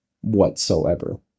whatsoever